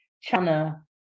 China